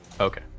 Okay